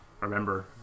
remember